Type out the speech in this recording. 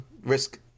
risk